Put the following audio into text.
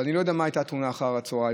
ואני לא יודע מה הייתה התאונה אחר הצוהריים,